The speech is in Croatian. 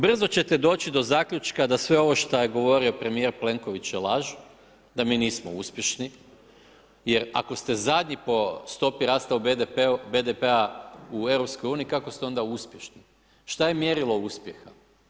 Brzo ćete doći do zaključka da sve ovo što je govorio premjer Plenković je laž da mi nismo uspješni, jer ako ste zadnji po stopi rasta u BDP-a u EU, kako ste onda uspješni, što je mjerilo uspjeha?